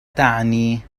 تعني